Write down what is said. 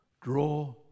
draw